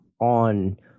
on